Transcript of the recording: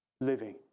living